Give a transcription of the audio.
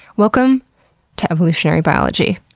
welcome to evolutionary biology.